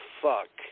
fuck